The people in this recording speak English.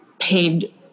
paid